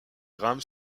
rames